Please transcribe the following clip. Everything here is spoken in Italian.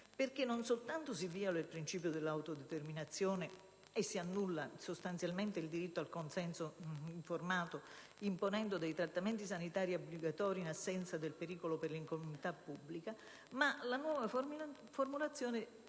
perché non soltanto si viola il principio dell'autodeterminazione e si annulla sostanzialmente il diritto al consenso informato imponendo dei trattamenti sanitari obbligatori in assenza del pericolo per l'incolumità pubblica, ma la nuova formulazione è in contrasto